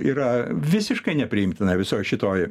yra visiškai nepriimtina visoj šitoj